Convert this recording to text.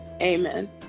Amen